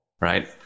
right